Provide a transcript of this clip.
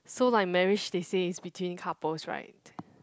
so like marriage they say is between couples right